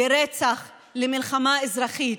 לרצח, למלחמה אזרחית,